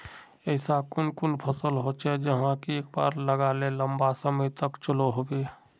ऐसा कुन कुन फसल होचे जहाक एक बार लगाले लंबा समय तक चलो होबे?